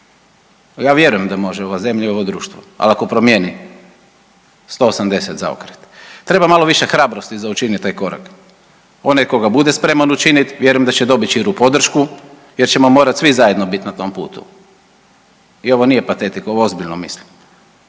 ja vjerujem da može ova zemlja i ovo društvo, ali ako promijeni 180 zaokret. Treba malo više hrabrosti za učiniti taj korak, onaj tko ga bude spreman učinit vjerujem da će dobit širu podršku jer ćemo morati svi zajedno biti na tom putu. I ovo nije patetika, ovo ozbiljno mislim.